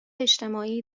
اجتماعی